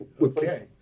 okay